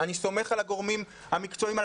אני סומך על הגורמים המקצועיים,